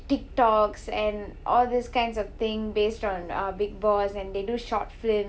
TikToks and all these kinds of thing based on uh bigg boss and they do short films